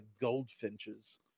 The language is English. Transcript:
goldfinches